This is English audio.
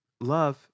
Love